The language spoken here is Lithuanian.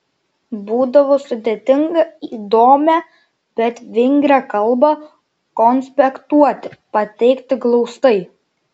būdavo sudėtinga įdomią bet vingrią kalbą konspektuoti pateikti glaustai